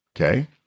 okay